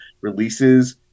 releases